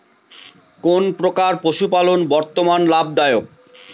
কোন প্রকার পশুপালন বর্তমান লাভ দায়ক?